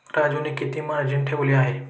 राजूने किती मार्जिन ठेवले आहे?